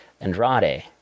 Andrade